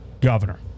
governor